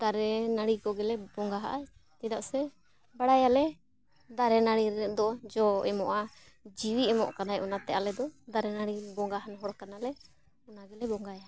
ᱫᱟᱨᱮ ᱱᱟᱹᱲᱤ ᱠᱚᱜᱮᱞᱮ ᱵᱚᱸᱜᱟᱣᱟᱜᱼᱟ ᱪᱮᱫᱟᱜ ᱥᱮ ᱵᱟᱲᱟᱭᱟᱞᱮ ᱫᱟᱨᱮ ᱱᱟᱹᱲᱤ ᱨᱮᱫᱚ ᱡᱚ ᱮᱢᱚᱜᱼᱟ ᱡᱤᱣᱤ ᱮᱢᱚᱜ ᱠᱟᱱᱟᱭ ᱚᱱᱟᱛᱮ ᱟᱞᱮ ᱫᱚ ᱫᱟᱨᱮ ᱱᱟᱹᱲᱤ ᱵᱚᱸᱜᱟᱣᱟᱱ ᱦᱚᱲ ᱠᱟᱱᱟᱞᱮ ᱚᱱᱟ ᱜᱮᱞᱮ ᱵᱚᱸᱜᱟᱭᱟ